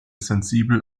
sensibel